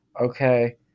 okay